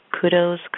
Kudos